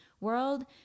world